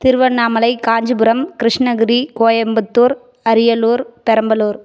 Tiruvannamalai Kanchipuram Krishnagiri Coimbatore Ariyalur Perambalur